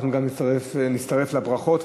אנחנו גם נצטרף לברכות.